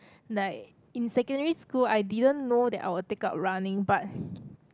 like in secondary school I didn't know that I will like take up running but